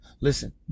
Listen